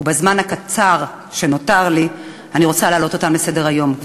ובזמן הקצר שנותר לי אני רוצה להעלות אותן על סדר-היום,